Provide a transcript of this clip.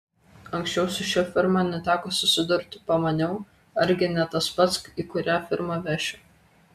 anksčiau su šia firma neteko susidurti pamaniau argi ne tas pats į kurią firmą vešiu